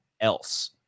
else